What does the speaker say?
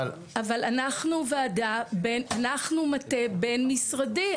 אבל --- אנחנו מטה בין-משרדי.